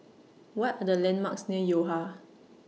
What Are The landmarks near Yo Ha